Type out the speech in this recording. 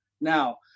now